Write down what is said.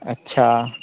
अच्छा